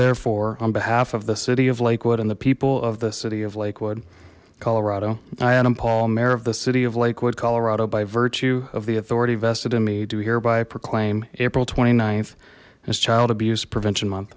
therefore on behalf of the city of lakewood and the people of the city of lakewood colorado i adam paul mayor of the city of lakewood colorado by virtue of the authority vested in me do hereby proclaim april th as child abuse prevention month